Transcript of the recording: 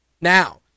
Now